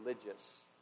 religious